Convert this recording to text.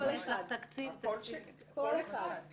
קול אחד.